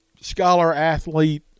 scholar-athlete